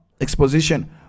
exposition